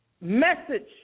message